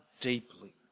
deeply